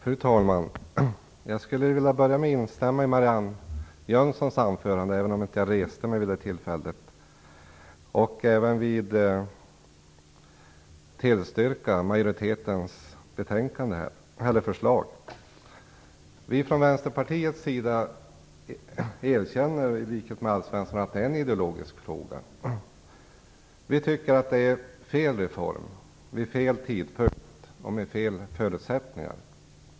Fru talman! Jag vill börja med att säga att jag instämmer i Marianne Jönssons anförande, även om jag inte reste mig vid tillfället. Jag vill tillstyrka majoritetens förslag. Vi från Vänsterpartiet erkänner i likhet med Alf Svensson att frågan om vårdnadsbidrag är en ideologisk fråga. Vi tycker att det är fel reform vid fel tidpunkt och med fel förutsättningar.